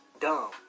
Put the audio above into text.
dumb